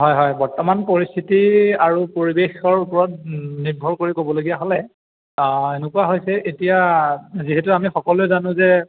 হয় হয় বৰ্তমান পৰিস্থিতি আৰু পৰিৱেশৰ ওপৰত নিৰ্ভৰ কৰি ক'বলগীয়া হ'লে আ এনেকুৱা হৈছে এতিয়া যিহেতু আমি সকলোৱে জানো যে